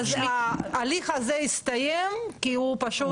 אז ההליך הזה הסתיים כי הוא פשוט התייתר.